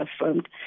affirmed